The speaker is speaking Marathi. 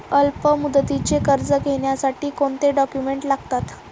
अल्पमुदतीचे कर्ज घेण्यासाठी कोणते डॉक्युमेंट्स लागतात?